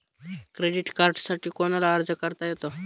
Credit कार्डसाठी कोणाला अर्ज करता येतो?